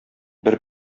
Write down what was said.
бер